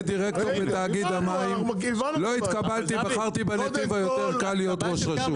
עופר, אז שיבטלו את הסעיף